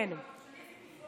אני רוצה לומר לך משהו.